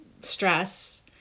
stress